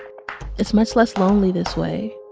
it's much less lonely this way